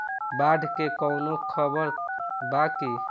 बाढ़ के कवनों खबर बा की?